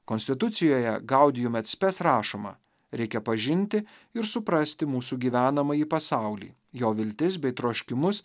konstitucijoje gaudijum etspes rašoma reikia pažinti ir suprasti mūsų gyvenamąjį pasaulį jo viltis bei troškimus